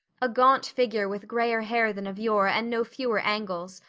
a gaunt figure with grayer hair than of yore and no fewer angles,